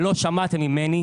ולא שמעתם ממני,